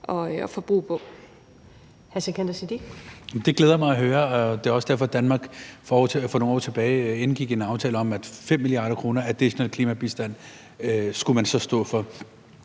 Sikandar Siddique (FG): Det glæder mig at høre, og det er også derfor, at Danmark for nogle år tilbage indgik en aftale om, at 5 mia. kr. i international klimabistand skulle man stå for.